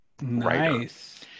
Nice